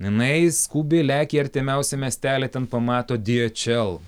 jinai skubiai lekia į artimiausią miestelį ten pamato diečel